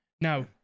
now